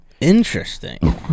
Interesting